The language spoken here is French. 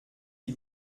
les